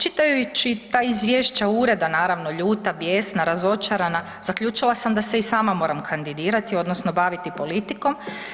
Čitajući ta izvješća ureda naravno ljuta, bijesna, razočarana zaključila sam da se i sama moram kandidirati odnosno baviti politikom.